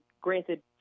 granted